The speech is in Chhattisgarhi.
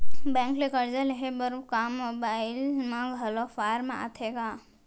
बैंक ले करजा लेहे बर का मोबाइल म घलो फार्म आथे का?